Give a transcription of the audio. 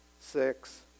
six